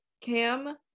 cam